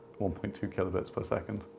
one point two kilobits per second.